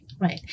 Right